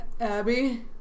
Abby